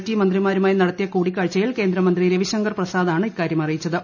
T മന്ത്രിമാരുമായി നടത്തിയ കൂടിക്കാഴ്ചയിൽ കേന്ദ്രമന്ത്രി രവിശങ്കർ പ്രസാദാണ് ഇക്കാര്യം അറിയിച്ചത്